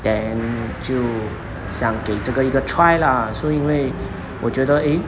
then 就想给这个一个 try lah 所以因为我觉得 eh